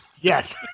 Yes